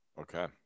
Okay